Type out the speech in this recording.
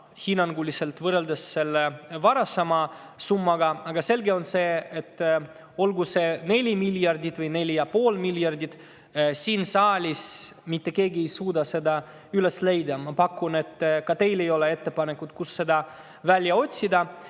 hinnanguline summa võrreldes selle varasema summaga, aga selge on see, et olgu see 4 miljardit või 4,5 miljardit, mitte keegi siin saalis ei suuda seda üles leida. Ma pakun, et ka teil ei ole ettepanekut, kust seda välja otsida.